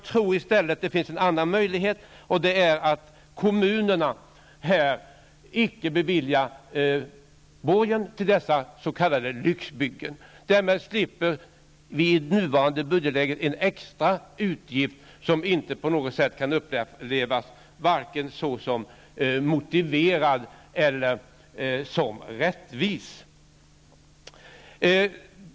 I stället tror jag att det finns en annan möjlighet, nämligen att kommunerna icke beviljar borgen till dessa s.k. lyxbyggen. Därvid slipper man vid nuvarande budgetläge en extra utgift som inte på något sätt kan upplevas som motiverad eller rättvis.